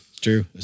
true